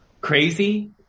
crazy